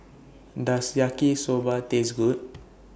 Does Yaki Soba Taste Good